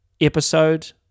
Episode